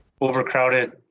overcrowded